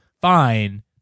fine